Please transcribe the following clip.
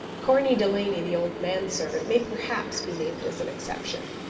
corney delaney, the old man-servant, may perhaps be named as an exception.